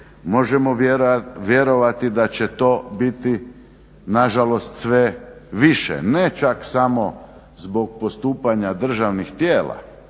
možemo vjerovati da će to biti nažalost sve više, ne čak samo zbog postupanja državnih tijela,